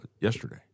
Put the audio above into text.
yesterday